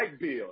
bill